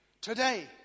today